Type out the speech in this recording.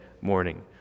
morning